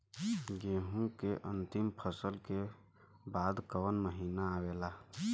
गेहूँ के अंतिम फसल के बाद कवन महीना आवेला?